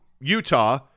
Utah